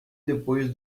depois